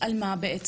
על מה בעצם?